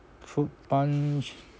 fruit punch